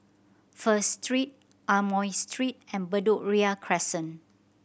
First Street Amoy Street and Bedok Ria Crescent